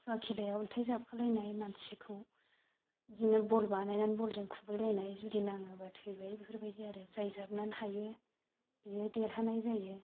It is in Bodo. खुवा खेलायाव अन्थाइ जाबखोलायनाय मानसिखौ बिदिनो बल बानायनानै बलजों खुबैलायनाय जुदि नाङोबा थैबाय बेफोरबायदि आरो जाय जाबनो हायो बियो देरहानाय जायो